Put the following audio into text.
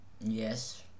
Yes